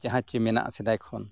ᱡᱟᱦᱟᱸ ᱪᱮ ᱢᱮᱱᱟᱜᱼᱟ ᱥᱮᱫᱟᱭ ᱠᱷᱚᱱ